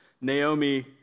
Naomi